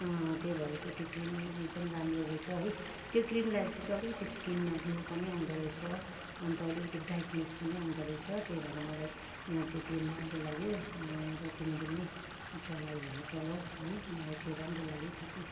त्यही भएर चाहिँ त्यो क्रिम ए एकदम राम्रो रहेछ है त्यो क्रिम लगाएपछि चाहिँ अलिकति स्किनमा ग्लो पनि आउँदोरहेछ अन्त अलिकति ब्राइटनेस पनि आउँदोरहेछ त्यही भएर मलाई त्यो क्रिम राम्रो लाग्यो र तिमीले पनि चलायौ भने चलाऊ है मलाई त्यो राम्रो लाग्यो है साथी